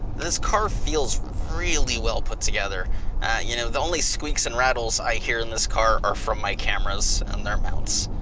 this car feels really well put together you know the only squeaks and rattles i hear in this car are from my cameras and their mounts.